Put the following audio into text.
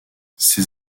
ses